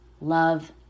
love